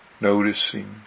noticing